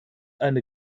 eine